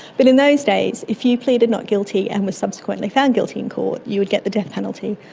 but in those days if you pleaded not guilty and were subsequently found guilty in court you would get the death penalty,